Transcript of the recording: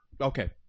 Okay